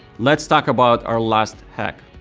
let's talk about our last hack.